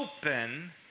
open